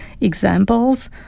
examples